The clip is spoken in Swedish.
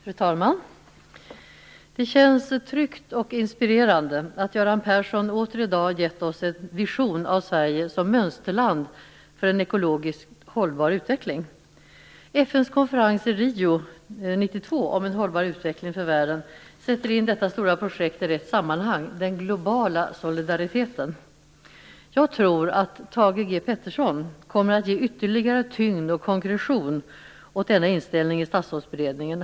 Fru talman! Det känns tryggt och inspirerande att Göran Persson i dag åter har gett oss en vision av Sverige som mönsterland för en ekologiskt hållbar utveckling. FN:s konferens i Rio 1992 om en hållbar utveckling för världen sätter in detta stora projekt i rätt sammanhang - den globala solidariteten. Jag tror att Thage G. Peterson kommer att ge ytterligare tyngd och konkretion åt denna inställning i Statsrådsberedningen.